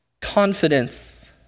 Confidence